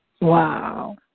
Wow